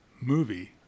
movie